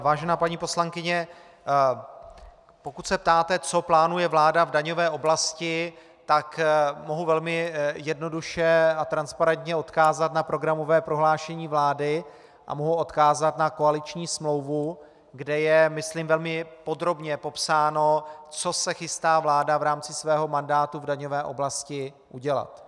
Vážená paní poslankyně, pokud se ptáte, co plánuje vláda v daňové oblasti, tak mohu velmi jednoduše a transparentně odkázat na programové prohlášení vlády a mohu odkázat na koaliční smlouvu, kde je myslím velmi podrobně popsáno, co se chystá vláda v rámci svého mandátu v daňové oblasti udělat.